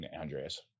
Andreas